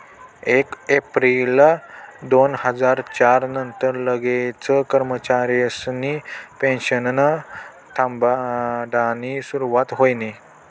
येक येप्रिल दोन हजार च्यार नंतर लागेल कर्मचारिसनी पेनशन थांबाडानी सुरुवात व्हयनी